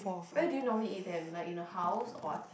where do you normally eat them like in the house or what